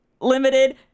limited